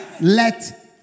Let